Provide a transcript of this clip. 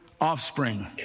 offspring